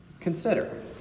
Consider